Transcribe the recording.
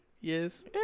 Yes